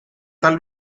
tal